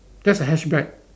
that's a hatchback